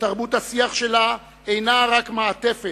שתרבות השיח שלנו אינה רק מעטפת,